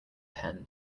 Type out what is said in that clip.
pen